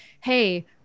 hey